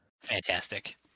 fantastic